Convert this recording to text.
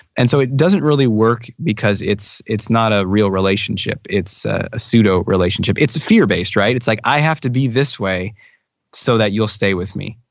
and so it doesn't really work because it's it's not a real relationship. it's ah a pseudo-relationship. it's fear based, right. it's like i have to be this way so that you'll stay with me.